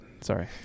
Sorry